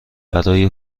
برای